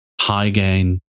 high-gain